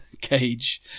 cage